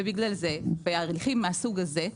ובגלל זה בהליכים מהסוג הזה,